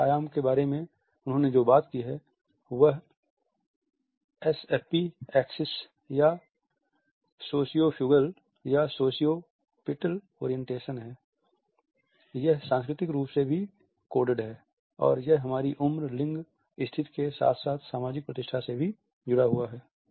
दूसरे आयाम के बारे में उन्होंने जो बात की है वह एसएफपी एक्सिस या सोशियोफ्यूगल या सोशियोपिटल ओरिएंटेशन है यह सांस्कृतिक रूप से भी कोडेड है और यह हमारी उम्र लिंग स्थिति के साथ साथ सामाजिक प्रतिष्ठा से भी जुड़ा हुआ है